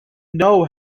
know